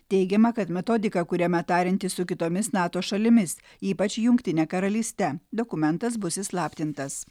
teigiama kad metodika kuriama tariantis su kitomis nato šalimis ypač jungtine karalyste dokumentas bus įslaptintas